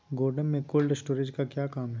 गोडम में cold storage का क्या काम है?